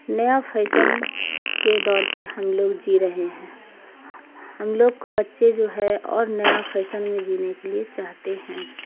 نیا فیشن کے دور پہ ہم لوگ جی رہے ہیں ہم لوگ کو بچے جو ہے اور نیا فیشن میں جینے کے لیے چاہتے ہیں